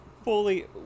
Fully